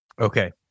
Okay